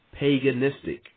paganistic